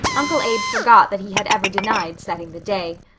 uncle abe forgot that he had ever denied setting the day.